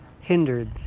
hindered